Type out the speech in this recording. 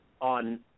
on